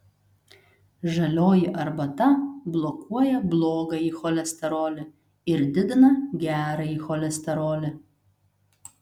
žalioji arbata blokuoja blogąjį cholesterolį ir didina gerąjį cholesterolį